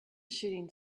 shooting